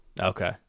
Okay